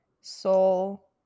Soul